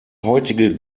heutige